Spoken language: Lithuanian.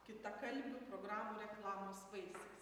kitakalbių programų reklamos vaisiais